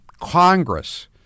Congress